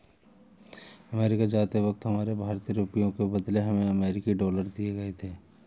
America जाते वक्त हमारे भारतीय रुपयों के बदले हमें अमरीकी डॉलर दिए गए थे